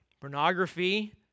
pornography